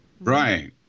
Right